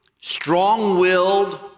strong-willed